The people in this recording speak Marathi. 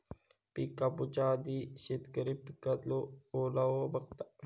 पिक कापूच्या आधी शेतकरी पिकातलो ओलावो बघता